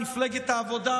מפלגת העבודה,